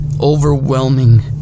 overwhelming